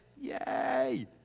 Yay